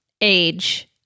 age